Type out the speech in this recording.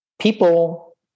People